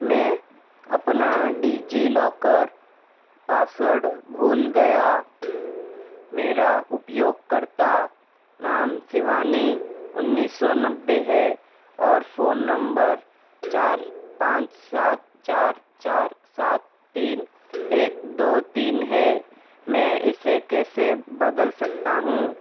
मैं अपना DigiLocker password भूल गया मेरा उपयोगकर्ता नाम शिवानी उन्नीस सौ नब्बे है और फ़ोन नम्बर चार पाँच सात चार चार सात तीन सात तीन एक दो तीन तीन है मैं इसे कैसे बदल सकता हूँ